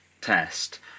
test